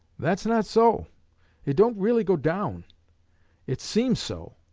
that's not so it don't really go down it seems so.